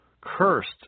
Cursed